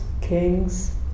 kings